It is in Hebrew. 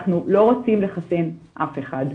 אנחנו לא רוצים לחסן אף אחד.